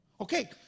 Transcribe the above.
Okay